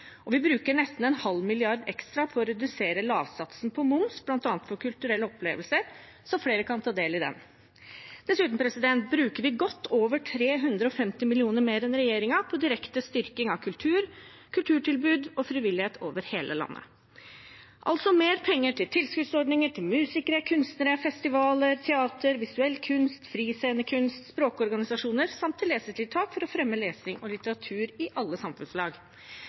betraktelig. Vi bruker nesten en halv milliard kroner ekstra for å redusere lavsatsen på moms bl.a. for kulturelle opplevelser, så flere kan ta del i dem. Dessuten bruker vi godt over 350 mill. kr mer enn regjeringen på direkte styrking av kultur, kulturtilbud og frivillighet over hele landet – altså mer penger til tilskuddsordninger til musikere, kunstnere, festivaler, teater, visuell kunst, friscenekunst og språkorganisasjoner, samt til lesetiltak for å fremme lesing og litteratur i alle samfunnslag.